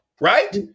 right